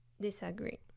Disagree